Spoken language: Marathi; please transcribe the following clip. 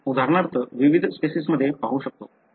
आपण उदाहरणार्थ विविध स्पेसिसमध्ये पाहू शकतो